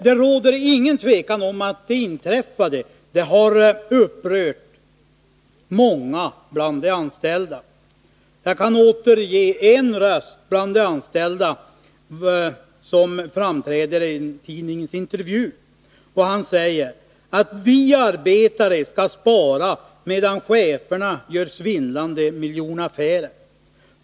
Det råder inget tvivel om att det inträffade har upprört många bland de anställda. Jag kan återge en röst bland de anställda som framträder i en tidningsintervju: ”Vi arbetare skall spara medan cheferna gör svindlande miljonaffärer.